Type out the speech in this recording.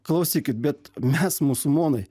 klausykit bet mes musulmonai